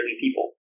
people